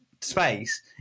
space